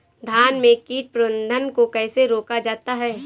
धान में कीट प्रबंधन को कैसे रोका जाता है?